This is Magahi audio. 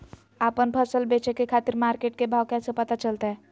आपन फसल बेचे के खातिर मार्केट के भाव कैसे पता चलतय?